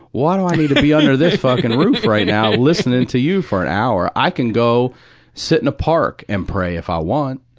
why do i need to be under their fucking roof right now listening to you for an hour? i can go sit in a park and pray if i want.